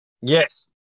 Yes